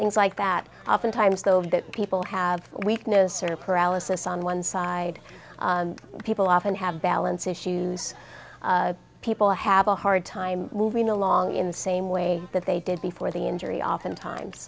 things like that oftentimes though that people have weakness or paralysis on one side people often have balance issues people have a hard time moving along in the same way that they did before the injury oftentimes